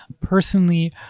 Personally